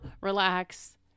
relax